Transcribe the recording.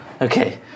Okay